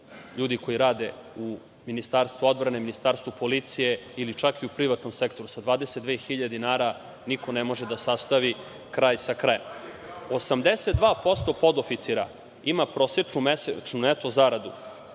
ljudi koji rade u Ministarstvu odbrane, Ministarstvu policije ili čak i u privatnom sektoru, sa 22.000 dinara niko ne može da sastavi kraj sa krajem. Prosečnu neto zaradu